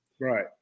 Right